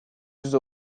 yüze